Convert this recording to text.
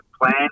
plan